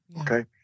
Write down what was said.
Okay